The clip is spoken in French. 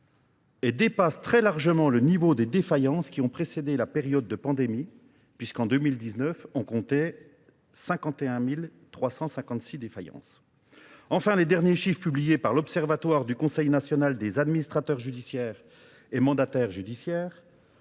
et dépasse très largement le niveau des défaillances qui ont précédé la période de pandémie puisqu'en 2019, on comptait 51 356 défaillances. Enfin, les derniers chiffres publiés par l'Observatoire du Conseil national des administrateurs judiciaires et mandataires judiciaires.